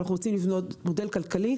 אבל אנחנו רוצים לבנות מודל כלכלי,